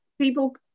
people